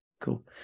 Cool